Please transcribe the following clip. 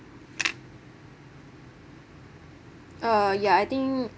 uh ya I think